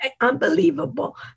unbelievable